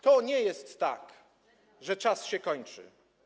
To nie jest tak, że czas się kończy.